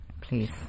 Please